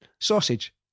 sausage